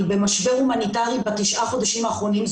היא במשבר הומניטרי במשך תשעת החודשים האחרונים.